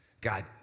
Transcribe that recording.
God